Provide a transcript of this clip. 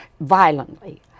violently